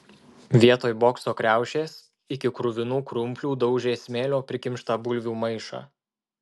vietoj bokso kriaušės iki kruvinų krumplių daužė smėlio prikimštą bulvių maišą